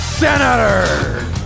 SENATOR